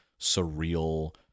surreal